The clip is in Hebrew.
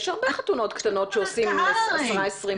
יש הרבה חתונות קטנות שעושים עם עשרה, 20 איש.